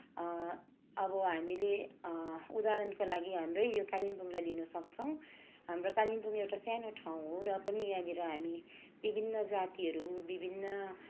अब हामीले उदाहरणको लागि हाम्रै यो कालिम्पोङलाई लिनुसक्छौँ हाम्रो कालिम्पोङ एउटा सानो ठाउँ हो र पनि यहाँनिर हामी विभिन्न जातिहरू विभिन्न